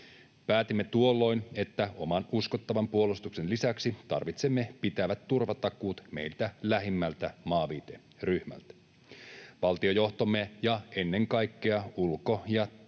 Päätimme tuolloin, että oman uskottavan puolustuksen lisäksi tarvitsemme pitävät turvatakuut meitä lähimmältä maaviiteryhmältä. Valtiojohtomme ja ennen kaikkea ulko- ja